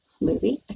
movie